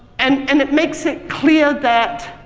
and and it makes it clear that,